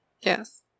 Yes